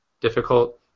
difficult